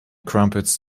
crumpets